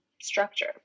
structure